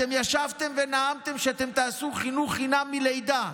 אתם ישבתם ונאמתם שאתם תעשו חינוך חינם מלידה.